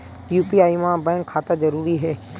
UPI मा bank खाता जरूरी हे?